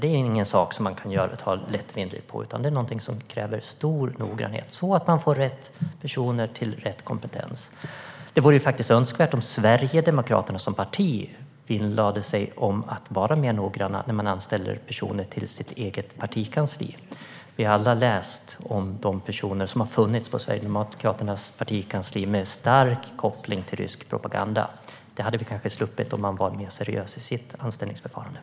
Det är inget man kan göra lättvindigt. Det kräver stor noggrannhet så att man får rätt personer med rätt kompetens. Det vore önskvärt att Sverigedemokraterna som parti vinnlade sig om att vara mer noggranna när de anställer personer till sitt eget partikansli. Vi har alla läst om de personer som har funnits på Sverigedemokraternas partikansli och som har stark koppling till rysk propaganda. Det hade vi kanske sluppit om man var mer seriös vid sina anställningsförfaranden.